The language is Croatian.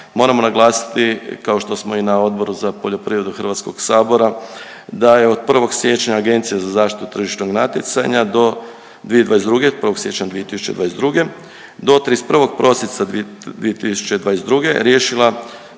moramo naglasiti kao što smo i na Odboru za poljoprivredu HS-a, da je od 1. siječnja Agencija za zaštitu tržišnog natjecanja do 2022., 1. siječnja 2022. do 31. prosinca 2022. riješila